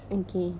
okay